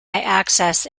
access